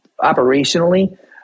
operationally